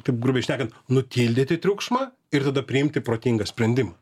taip grubiai šnekant nutildyti triukšmą ir tada priimti protingą sprendimą